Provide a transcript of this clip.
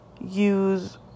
use